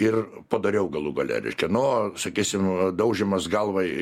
ir padoriau galų gale reiškia nu o sakysim daužymas galva į